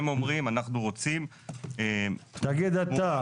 הם אומרים אנחנו רוצים --- תגיד אתה.